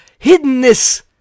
hiddenness